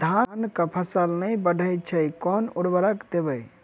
धान कऽ फसल नै बढ़य छै केँ उर्वरक देबै?